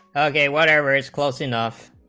a day whatever is close enough